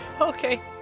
okay